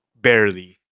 barely